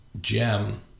gem